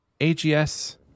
ags